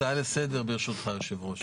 הצעה לסדר, ברשותך היושב-ראש.